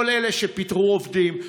כל אלה שפיטרו עובדים,